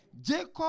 Jacob